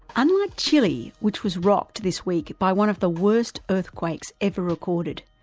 unlike chile, which was rocked this week by one of the worst earthquakes ever recorded,